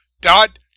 dot